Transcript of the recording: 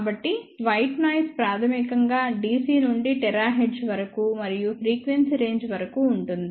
కాబట్టి white noise ప్రాథమికంగా dc నుండి THz మరియు ఎక్కువ ఫ్రీక్వెన్సీ రేంజ్ వరకు ఉంటుంది